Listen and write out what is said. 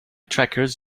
trackers